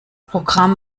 programm